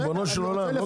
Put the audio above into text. ריבונו של עולם.